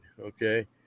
okay